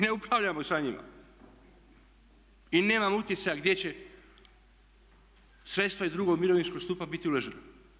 Mi ne upravljamo sa njima i nemamo utjecaja gdje će sredstva iz drugog mirovinskog stupa biti uložena.